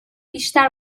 بیشتر